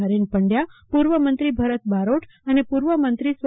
હરેન પંડ્યા પૂર્વ મંત્રી ભરત બારોટ અને પૂર્વ મંત્રી સ્વ